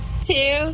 two